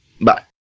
Bye